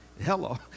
hello